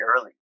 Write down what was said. early